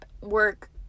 work